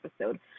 episode